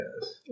yes